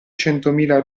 centomila